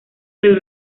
del